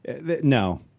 No